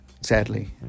Sadly